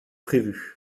prévu